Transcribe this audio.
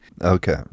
Okay